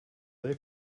they